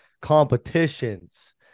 competitions